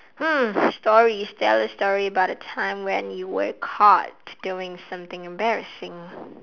hmm stories tell a story about a time when you were caught doing something embarrassing